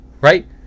right